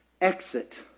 exit